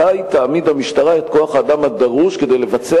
מתי תעמיד המשטרה את כוח-האדם הדרוש כדי לבצע